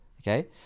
Okay